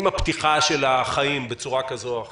עם הפתיחה של החיים בצורה כזו או אחרת,